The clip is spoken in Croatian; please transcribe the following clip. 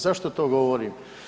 Zašto to govorim?